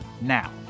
now